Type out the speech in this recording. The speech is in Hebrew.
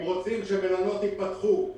אם רוצים שהמלונות ייפתחו,